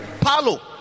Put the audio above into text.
Paulo